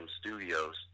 Studios